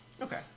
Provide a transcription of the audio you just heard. Okay